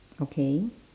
okay